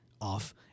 off